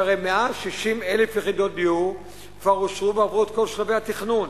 שהרי 160,000 יחידות דיור כבר אושרו ועברו את כל שלבי התכנון.